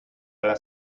las